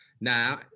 now